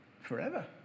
forever